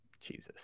Jesus